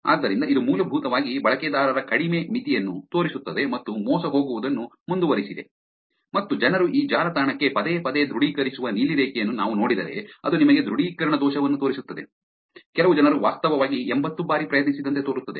ಆದ್ದರಿಂದ ಇದು ಮೂಲಭೂತವಾಗಿ ಬಳಕೆದಾರರ ಕಡಿಮೆ ಮಿತಿಯನ್ನು ತೋರಿಸುತ್ತದೆ ಮತ್ತು ಮೋಸ ಹೋಗುವುದನ್ನು ಮುಂದುವರೆಸಿದೆ ಮತ್ತು ಜನರು ಈ ಜಾಲತಾಣಕ್ಕೆ ಪದೇ ಪದೇ ದೃಢೀಕರಿಸುವ ನೀಲಿ ರೇಖೆಯನ್ನು ನಾವು ನೋಡಿದರೆ ಅದು ನಿಮಗೆ ದೃಢೀಕರಣ ದೋಷವನ್ನು ತೋರಿಸುತ್ತದೆ ಕೆಲವು ಜನರು ವಾಸ್ತವವಾಗಿ ಎಂಭತ್ತು ಬಾರಿ ಪ್ರಯತ್ನಿಸಿದಂತೆ ತೋರುತ್ತದೆ